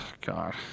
God